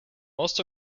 most